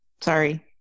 Sorry